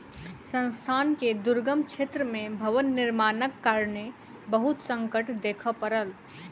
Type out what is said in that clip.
संस्थान के दुर्गम क्षेत्र में भवन निर्माणक कारणेँ बहुत संकट देखअ पड़ल